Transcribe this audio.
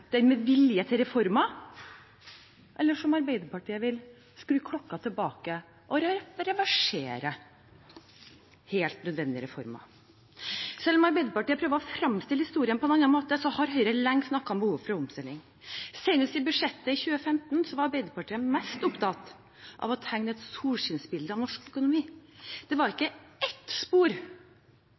med vilje til reformer, eller, som Arbeiderpartiet vil, skru klokken tilbake og reversere helt nødvendige reformer? Selv om Arbeiderpartiet prøver å fremstille historien på en annen måte, har Høyre lenge snakket om behovet for omstilling. Senest i budsjettet for 2015 var Arbeiderpartiet mest opptatt av å tegne et solskinnsbilde av norsk økonomi. Det var ikke ett spor